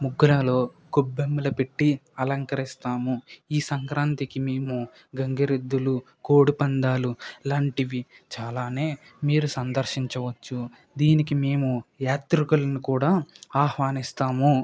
ముగ్గులలో గొబ్బెమ్మలు పెట్టి అలంకరిస్తాము ఈ సంక్రాంతికి మేము గంగిరెద్దులు కోడిపందాలు లాంటివి చాలానే మీరు సందర్శించవచ్చు దీనికి మేము యాత్రికులను కూడా ఆహ్వానిస్తాము